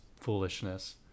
foolishness